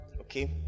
Okay